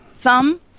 thumb